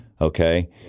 Okay